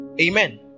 amen